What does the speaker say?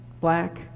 black